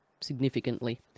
significantly